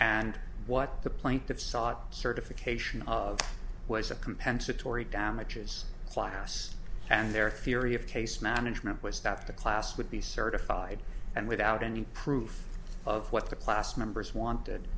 and what the plaintiffs sought certification of was a compensatory damages class and their theory of case management was that the class would be certified and without any proof of what the class members wanted